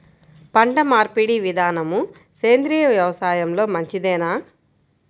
పంటమార్పిడి విధానము సేంద్రియ వ్యవసాయంలో మంచిదేనా?